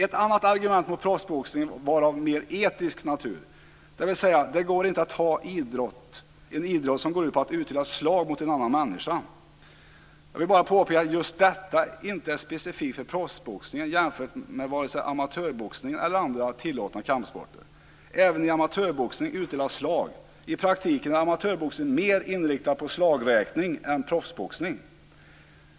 Ett annat argument mot proffsboxningen var av mer etisk natur, dvs. att det inte går att ha en idrott som går ut på att man utdelar slag mot en annan människa. Just detta är inte specifikt för proffsboxningen. Man kan jämföra med både amatörboxningen och andra tillåtna kampsporter. Även i amatörboxning utdelas slag. I praktiken är amatörboxningen mer inriktad på slagräkning än proffsboxning.